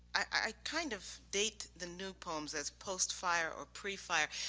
i kind of date the new poems as post-fire or pre-fire.